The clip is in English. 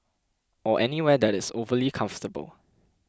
or anywhere that is overly comfortable